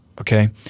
Okay